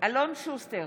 אלון שוסטר,